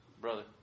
brother